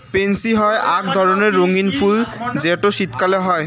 pansy হই আক ধরণের রঙ্গীন ফুল যেটো শীতকালে হই